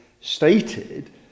stated